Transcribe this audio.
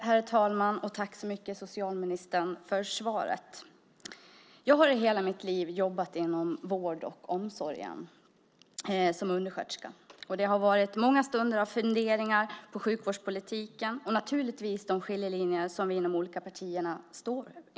Herr talman! Tack, socialministern, för svaret. Jag har i hela mitt liv jobbat inom vård och omsorg som undersköterska. Det har varit många stunder av funderingar över sjukvårdspolitiken och naturligtvis över skiljelinjerna mellan de olika partierna.